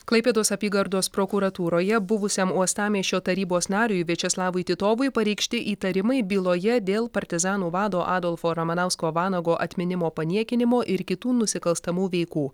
klaipėdos apygardos prokuratūroje buvusiam uostamiesčio tarybos nariui viačeslavui titovui pareikšti įtarimai byloje dėl partizanų vado adolfo ramanausko vanago atminimo paniekinimo ir kitų nusikalstamų veikų